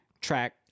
track